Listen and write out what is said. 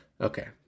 Okay